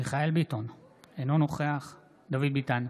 מיכאל מרדכי ביטון, אינו נוכח דוד ביטן,